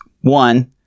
One